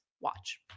Watch